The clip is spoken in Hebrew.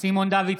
סימון דוידסון,